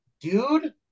dude